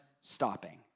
stopping